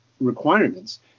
requirements